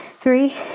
three